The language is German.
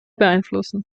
beeinflussen